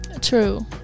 True